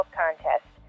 contest